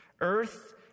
Earth